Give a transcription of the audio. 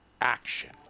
action